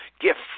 gift